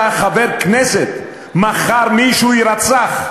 אתה חבר הכנסת, מחר מישהו יירצח.